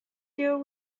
there